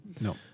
No